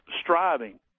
striving